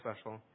special